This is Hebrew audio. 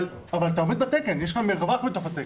אבל אתה עומד בתקן, יש לך מרווח בתוך התקן.